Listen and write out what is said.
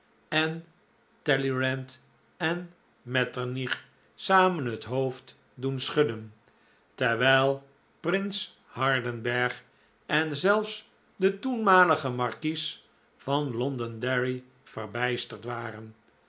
en talleyrand en metternich samen het hoofd doen schudden terwijl prins hardenberg en zelfs de toenmalige markies van londonderry verbijsterd waren